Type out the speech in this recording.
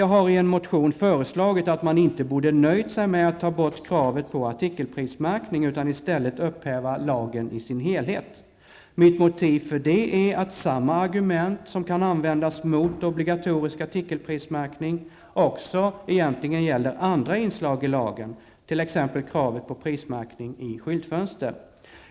Jag har i en motion föreslagit att man inte borde nöjt sig med att ta bort kravet på artikelprismärkning, utan att man i stället bör upphäva lagen i sin helhet. Mitt motiv för detta är att samma argument som kan användas mot obligatorisk artikelprismärkning egentligen också gäller andra inslag i lagen, t.ex. kravet på prismärkning i skyltfönster.